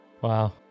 Wow